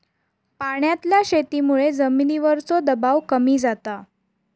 पाण्यातल्या शेतीमुळे जमिनीवरचो दबाव कमी जाता